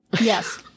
Yes